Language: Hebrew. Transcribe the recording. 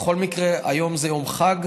בכל מקרה, היום זה יום חג.